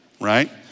right